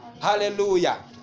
Hallelujah